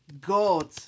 God